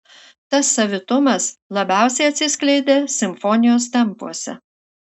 tas savitumas labiausiai atsiskleidė simfonijos tempuose